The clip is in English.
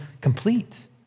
complete